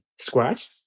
scratch